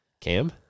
cam